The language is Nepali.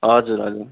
हजुर हजुर